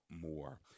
more